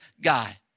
guy